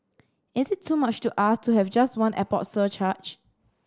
is it too much to ask to have just one airport surcharge